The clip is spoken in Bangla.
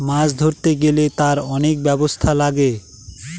মাছ ধরতে গেলে তার অনেক ব্যবস্থা লাগে